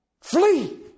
flee